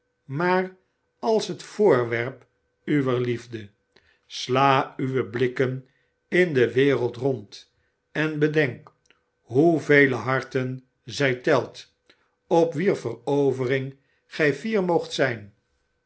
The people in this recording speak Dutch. maar als het voorwerp uwer liefde sla uwe blikken in de wereld rond en bedenk hoevele harten zij telt op wier verovering gij fier moogt zijn